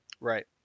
Right